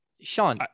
Sean